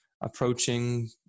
approaching